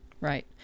right